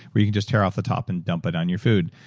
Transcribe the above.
where you just tear off the top and dump it on your food.